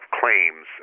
claims